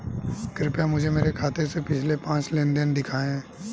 कृपया मुझे मेरे खाते से पिछले पांच लेनदेन दिखाएं